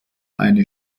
eine